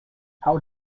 how